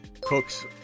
Cooks